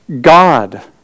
God